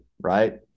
Right